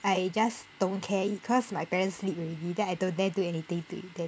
I just don't care it cause my parents sleep already then I don't dare to do anything to it then